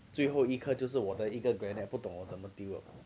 最后一刻就是我那粒的 bullet 不懂要怎么丢了